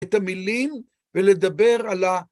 ‫את המילים ולדבר על ה...